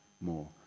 more